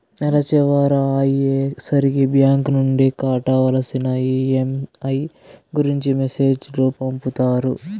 నెల చివర అయ్యే సరికి బ్యాంక్ నుండి కట్టవలసిన ఈ.ఎం.ఐ గురించి మెసేజ్ లు పంపుతారు